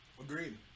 Agreed